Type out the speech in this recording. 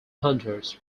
hunters